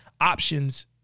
options